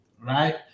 Right